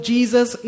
Jesus